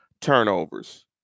turnovers